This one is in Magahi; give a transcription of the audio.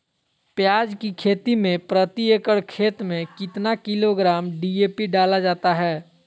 प्याज की खेती में प्रति एकड़ खेत में कितना किलोग्राम डी.ए.पी डाला जाता है?